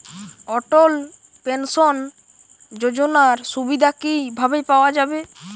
অটল pension যোজনার সুবিধা কি ভাবে পাওয়া যাবে?